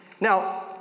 Now